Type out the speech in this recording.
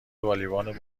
والیبال